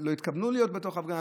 לא התכוונו להיות בתוך הפגנה,